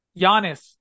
Giannis